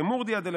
כמורדיא דלברות.